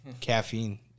Caffeine